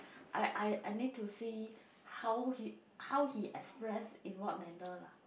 I I I need to see how he how he express in what manner lah